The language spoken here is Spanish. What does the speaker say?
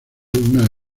unas